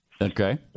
Okay